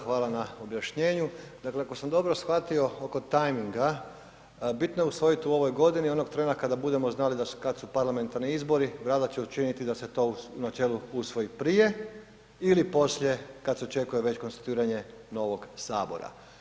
Hvala na objašnjenju, dakle ako sam dobro shvatio oko tajminga bitno je usvojiti u ovoj godini onog trena kada budemo znali kad su parlamentarni izbori rado ću učiniti da se to u načelu usvoji prije ili poslije kad se očekuje već konstituiranje novog Sabora.